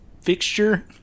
fixture